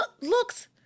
looks